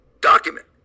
document